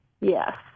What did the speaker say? Yes